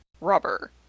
rubber